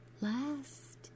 last